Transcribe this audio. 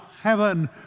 heaven